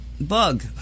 bug